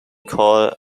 call